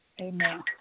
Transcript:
Amen